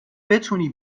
بتونی